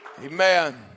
Amen